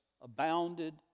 abounded